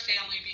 family